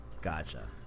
Gotcha